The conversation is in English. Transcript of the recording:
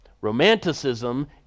Romanticism